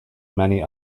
many